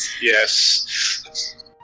Yes